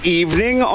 evening